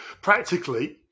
practically